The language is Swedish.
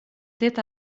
det